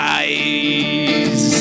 eyes